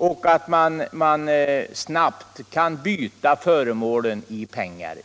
Tjuvarna vet att de snabbt kan byta föremålen i pengar.